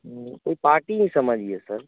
कोई पार्टी ही समझिये सर